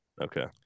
okay